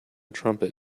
trumpet